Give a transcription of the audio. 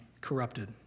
corrupted